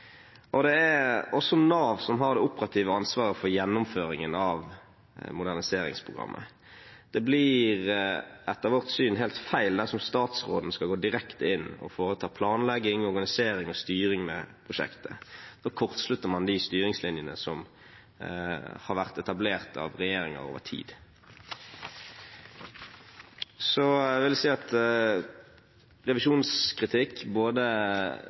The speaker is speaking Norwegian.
Stortinget. Det er også Nav som har det operative ansvaret for gjennomføringen av moderniseringsprogrammet. Det blir etter vårt syn helt feil dersom statsråden skal gå direkte inn og foreta planlegging, organisering og styring med prosjektet. Da kortslutter man de styringslinjene som har vært etablert av regjeringer over tid. Så vil jeg si at revisjonskritikk, både